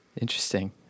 Interesting